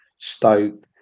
Stoke